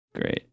Great